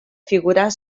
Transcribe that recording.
figurar